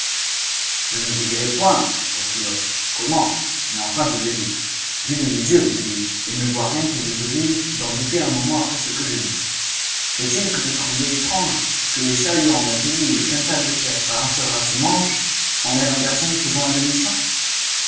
je ne vous dirai point reprit l'autre comment mais enfin je l'ai vu vu de mes yeux vous dis-je et ne vois rien qui vous oblige d'en douter un moment après ce que je dis faut-il que vous trouviez étrange que les chats-huants d'un pays où le quintal de fer par un seul rat se mange enlèvent un garçon pesant un demi-cent